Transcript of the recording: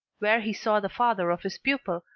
where he saw the father of his pupil,